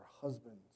husbands